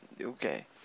okay